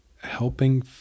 helping